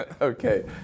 Okay